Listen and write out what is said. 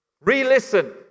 Re-listen